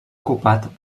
ocupat